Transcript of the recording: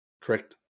correct